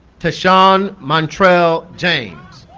tashawn montrell james